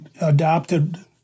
adopted